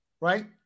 right